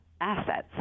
assets